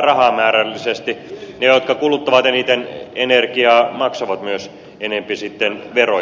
rahamäärällisesti ne jotka kuluttavat eniten energiaa maksavat myös enempi sitten veroja